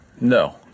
No